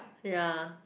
ya